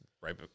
Right